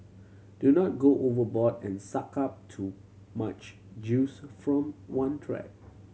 do not go overboard and suck up too much juice from one track